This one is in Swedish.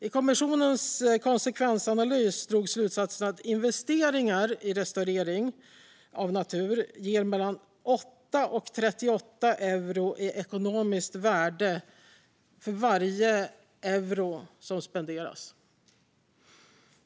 I kommissionens konsekvensanalys drogs slutsatsen att investeringar i restaurering av natur ger mellan 8 och 38 euro i ekonomiskt värde för varje euro som spenderas.